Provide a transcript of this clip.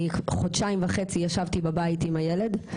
אני חודשיים וחצי ישבתי בבית עם הילד,